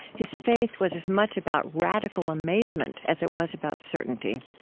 his faith was as much about radical amazement as it was about certainty.